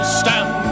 stand